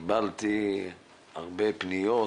קיבלתי הרבה פניות.